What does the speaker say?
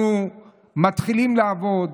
אנחנו מתחילים לעבוד.